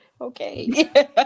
Okay